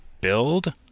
build